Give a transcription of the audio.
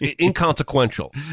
inconsequential